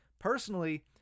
personally